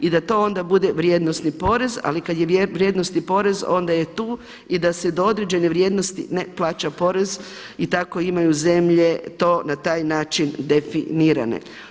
I da to onda bude vrijednosni porez ali kad je vrijednosni porez onda je tu i da se do određene vrijednosti ne plaća porez i tako imaju zemlje to na taj način definirane.